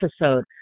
episode